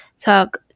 talk